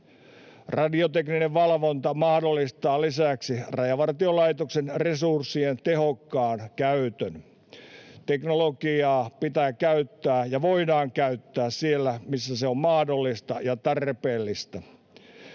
Radiotekninen valvonta mahdollistaa lisäksi Rajavartiolaitoksen resurssien tehokkaan käytön. Teknologiaa pitää käyttää ja voidaan käyttää siellä, missä se on mahdollista ja tarpeellista.